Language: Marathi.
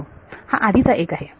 कारण हे आहे हा आधीचा एक आहे